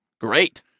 great